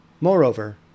Moreover